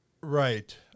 Right